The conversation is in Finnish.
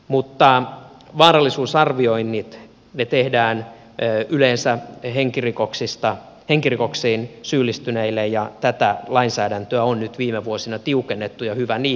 mutta vaarallisuusarvioinnit tehdään yleensä henkirikoksiin syyllistyneille ja tätä lainsäädäntöä on nyt viime vuosina tiukennettu ja hyvä niin